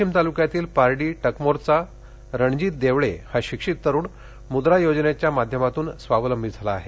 वाशिम तालुक्यातील पार्डी टकमोरचा रणजित देवळे हा शिक्षीत तरुण मुद्रा योजनेच्या माध्यमातून स्वावलंबी झाला आहे